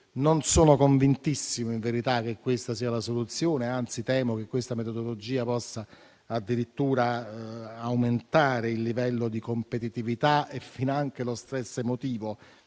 Non sono convintissimo, in verità, che questa sia la soluzione e, anzi, temo che una tale metodologia possa addirittura aumentare il livello di competitività e finanche lo *stress* emotivo